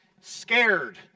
scared